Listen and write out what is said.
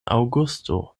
aŭgusto